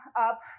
up